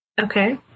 Okay